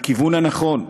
לכיוון הנכון,